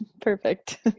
perfect